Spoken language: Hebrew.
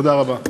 תודה רבה.